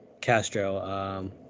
Castro